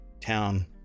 town